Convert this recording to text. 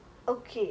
ya